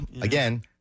again